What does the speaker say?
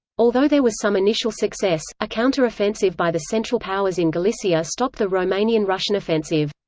although there was some initial success, a counter-offensive by the central powers in galicia stopped the romanian-russian offensive.